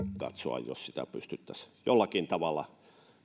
katsoa pystyttäisiinkö sitä jollakin tavalla